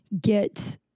get